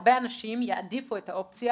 שהרבה אנשים יעדיפו את האופציה